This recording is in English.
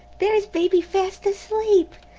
there's baby fast asleep!